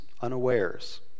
unawares